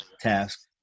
task